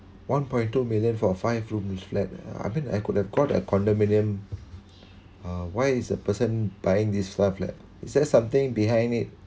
one point two million for five room flat I mean I could have got a condominium uh why is a person buying these fly flat it says something behind it